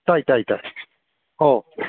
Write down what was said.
ꯇꯥꯏ ꯇꯥꯏ ꯇꯥꯏ ꯑꯥꯎ